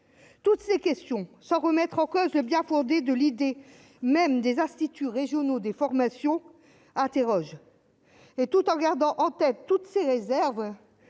toutes ces questions, sans remettre en cause le bien-fondé de l'idée même des instituts régionaux des formations interroge et tout en gardant en tête toutes ses réserves,